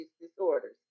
disorders